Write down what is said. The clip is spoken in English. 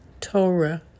Torah